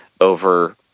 over